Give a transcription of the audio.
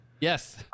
yes